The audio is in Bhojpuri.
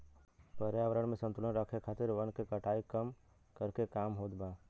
पर्यावरण में संतुलन राखे खातिर वन के कटाई कम करके काम होत बा